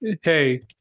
hey